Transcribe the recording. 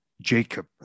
Jacob